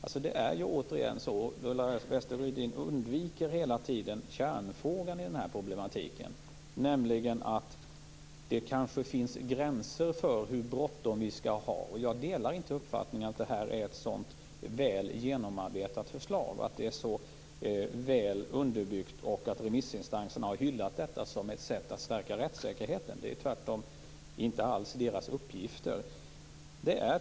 Ulla Wester-Rudin undviker hela tiden kärnfrågan i problematiken. Det finns kanske gränser för hur bråttom vi skall ha. Jag delar inte uppfattningen att förslaget är väl genomarbetat, att det är väl underbyggt och att remissinstanserna har hyllat det som ett sätt att stärka rättssäkerheten. Det är tvärtom inte alls deras uppgift.